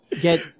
get